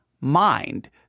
mind